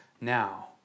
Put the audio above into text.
Now